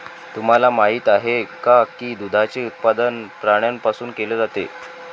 तुम्हाला माहित आहे का की दुधाचे उत्पादन प्राण्यांपासून केले जाते?